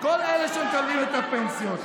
כל אלה שמקבלים את הפנסיות?